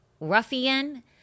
ruffian